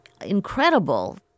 incredible